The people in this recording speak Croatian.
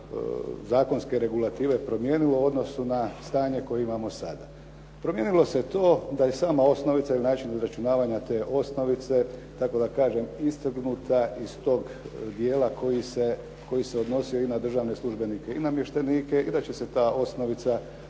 smislu zakonske regulative promijenilo u odnosu na stanje koje imamo sada? Promijenilo se to da je sama osnovica i način izračunavanja te osnovice, kako da kažem istaknuta iz tog djela koji se odnosio i na državne službenike i namještenike i da će se ta osnovica naravno